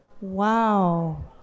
Wow